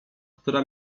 która